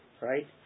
right